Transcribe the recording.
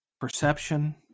Perception